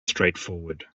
straightforward